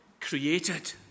created